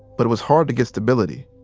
but it was hard to get stability.